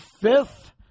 Fifth